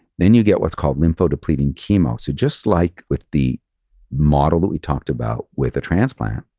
then you get what's called lymphodepleting chemo. so just like with the model that we talked about with the transplant,